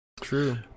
True